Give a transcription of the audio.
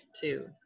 two